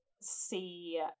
see